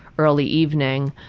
early evening,